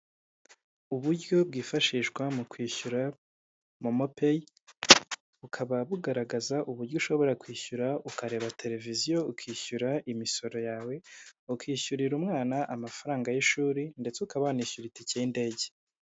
Uburyo bwifashishwa mu kwishyura momopeyi, bukaba bugaragaza uburyo ushobora kwishyura ukareba televiziyo ukishyura imisoro yawe ukishyurira umwana amafaranga y'ishuri ndetse ukaba wanishyura itike y'indege.